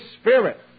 Spirit